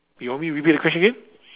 you want me repeat the question again